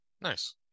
Nice